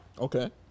Okay